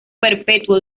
perpetuo